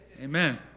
Amen